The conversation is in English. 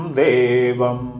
devam